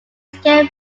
scale